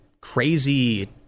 crazy